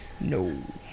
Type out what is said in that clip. No